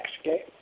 okay